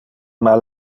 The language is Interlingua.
mal